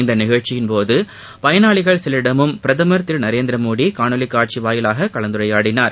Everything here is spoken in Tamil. இந்த நிகழ்ச்சியின்போது பயனாளிகள் சிலரிடமும் பிரதமர் திரு நரேந்திரமோடி காணொலி வாயிலாக கலந்துரையாடினார்